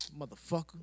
Motherfucker